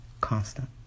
constant